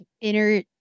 inner